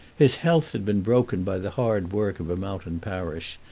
his health had been broken by the hard work of a mountain parish,